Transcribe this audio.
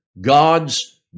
God's